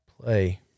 Play